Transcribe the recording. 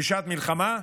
בשעת מלחמה,